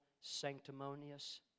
sanctimonious